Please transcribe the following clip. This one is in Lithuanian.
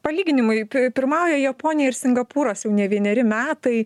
palyginimui pirmauja japonija ir singapūras jau ne vieneri metai